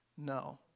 No